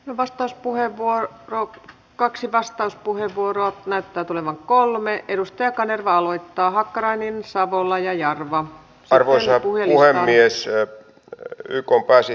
varsinkin tällaisina aikoina hallituksen tulisi tehdä kaikkensa että jokainen nuori saisi itselleen toisen asteen tutkinnon ja voisi sitä kautta lähteä rakentamaan elämäänsä eteenpäin